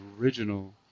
original